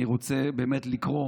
אני רוצה באמת לקרוא